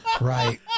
Right